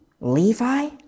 Levi